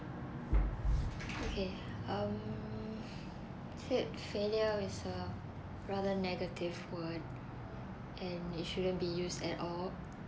okay um okay um fail~ failure is a rather negative word and it shouldn't be used at all